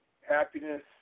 Happiness